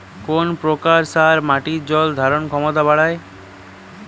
কোন প্রকার সার মাটির জল ধারণ ক্ষমতা বাড়ায়?